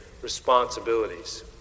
responsibilities